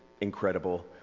incredible